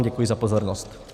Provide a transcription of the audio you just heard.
Děkuji vám za pozornost.